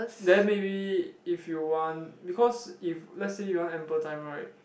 then maybe if you want because if let's say you want ample time right